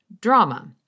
drama